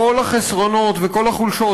כל החסרונות וכל החולשות,